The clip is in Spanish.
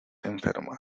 enferma